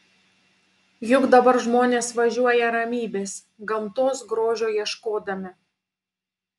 juk dabar žmonės važiuoja ramybės gamtos grožio ieškodami